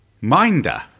Minder